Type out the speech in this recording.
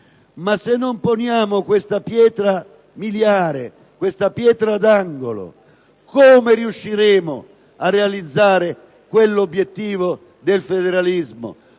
Ma se non poniamo questa pietra miliare, questa pietra d'angolo, come riusciremo a realizzare l'obiettivo del federalismo?